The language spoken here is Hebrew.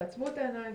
תעצמו את העיניים,